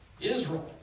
Israel